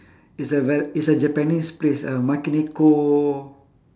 it's a ver~ it's a japanese place uh manekineko